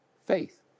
Faith